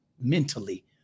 mentally